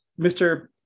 Mr